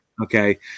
okay